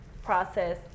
process